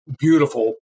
beautiful